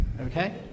Okay